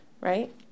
right